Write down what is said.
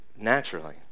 naturally